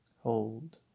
hold